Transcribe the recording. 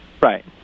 Right